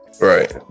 Right